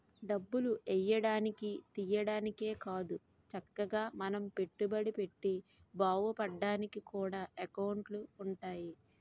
డబ్బులు ఎయ్యడానికి, తియ్యడానికే కాదు చక్కగా మనం పెట్టుబడి పెట్టి బావుపడ్డానికి కూడా ఎకౌంటులు ఉంటాయి